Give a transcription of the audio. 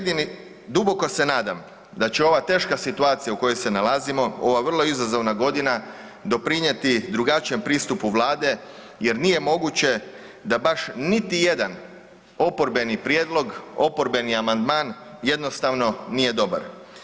Duboko se nadam da će ova teška situacija u kojoj se nalazimo ova vrlo izazovna godina doprinijeti drugačijem pristupu Vlade jer nije moguće da baš niti jedan oporbeni prijedlog, oporbeni amandman jednostavno nije dobar.